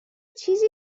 چیزی